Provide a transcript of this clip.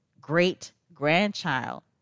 great-grandchild